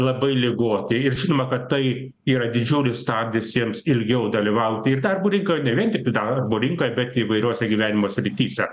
labai ligoti ir žinoma kad tai yra didžiulis stabdis jiems ilgiau dalyvauti darbo rinkoj ne vien tiktai darbo rinkoj bet įvairiose gyvenimo srityse